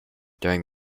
during